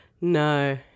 No